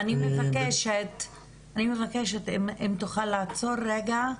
אני מבקשת אם תוכל לעצור רגע,